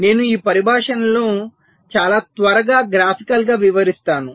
నేను ఈ పరిభాషలను చాలా త్వరగా గ్రాఫికల్గా వివరిస్తాను